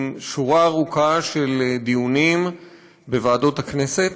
עם שורה ארוכה של דיונים בוועדות הכנסת,